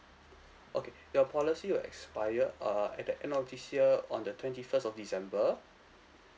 okay your policy will expire err at the end of this year on the twenty first of december